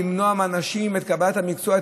למנוע מאנשים את קבלת המקצוע,